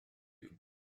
you